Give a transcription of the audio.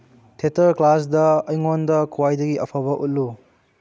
theatre ꯀ꯭ꯂꯥꯁꯇ ꯑꯩꯉꯣꯟꯗ ꯈ꯭ꯋꯥꯏꯗꯒꯤ ꯑꯐꯕ ꯎꯠꯂꯨ